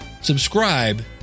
subscribe